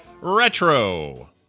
retro